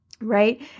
Right